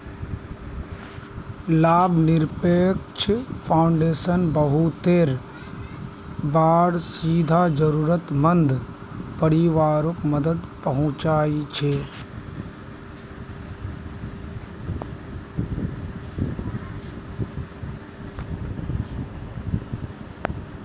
लाभ निरपेक्ष फाउंडेशन बहुते बार सीधा ज़रुरत मंद परिवारोक मदद पहुन्चाहिये